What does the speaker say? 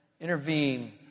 intervene